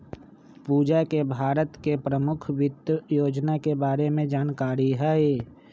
पूजा के भारत के परमुख वित योजना के बारे में जानकारी हई